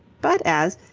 but as,